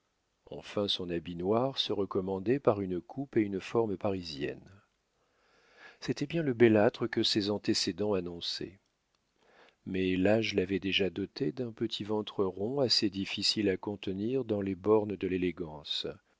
enfin son habit noir se recommandait par une coupe et une forme parisiennes c'était bien le bellâtre que ses antécédents annonçaient mais l'âge l'avait déjà doté d'un petit ventre rond assez difficile à contenir dans les bornes de l'élégance